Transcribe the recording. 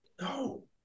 no